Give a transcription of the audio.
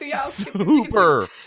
Super